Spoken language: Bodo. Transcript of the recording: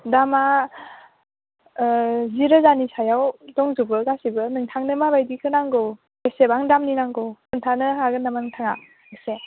दामा ओ जिरोजानि सायाव दंजोबो गासिबो नोंथांनो माबायदिखो नांगौ बेसेबां दामनि नांगौ खोन्थानो हागोन नामा नोंथाङा एसे